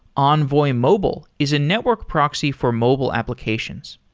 envoy mobile is a network proxy for mobile applications.